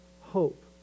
hope